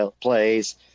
plays